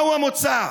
מהו המוצא?